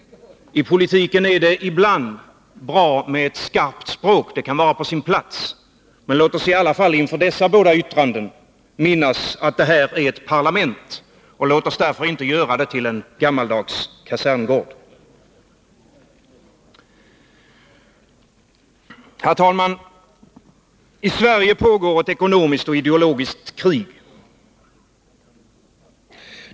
I politiken är det ibland bra med ett skarpt språk — det kan vara på sin plats. Men låt oss i alla fall inför dessa båda yttranden minnas att det här är ett parlament. Låt oss därför inte göra det till en gammaldags kaserngård. Herr talman! I Sverige pågår ett ekonomiskt och ideologiskt krig.